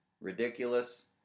ridiculous